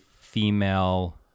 female